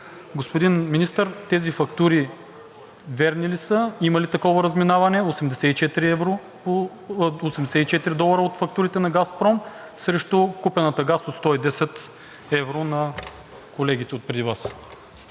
Господин Министър, тези фактури верни ли са, има ли такова разминаване – по 84 долара от фактурите на „Газпром“ срещу купения газ от 110 евро на колегите отпреди Вас?